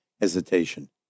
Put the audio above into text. hesitation